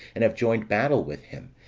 and have joined battle with him,